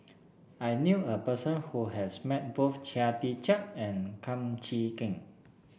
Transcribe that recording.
I knew a person who has met both Chia Tee Chiak and Kum Chee Kin